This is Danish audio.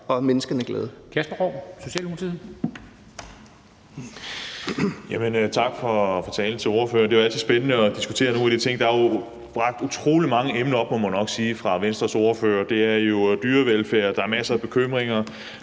og menneskene glade.